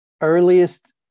earliest